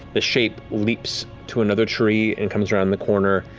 the shape leaps to another tree and comes around the corner,